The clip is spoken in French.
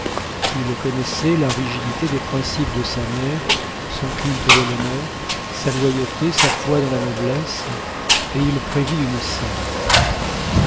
il connaissait la rigidité des principes de sa mère son culte de l'honneur sa loyauté sa foi dans la noblesse et il prévit une scène